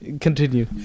continue